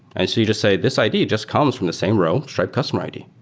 and so you just say, this id just comes from the same row, stripe customer id.